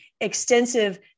extensive